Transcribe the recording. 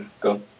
go